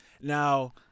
now